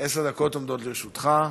עשר דקות עומדות לרשותך,